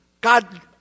God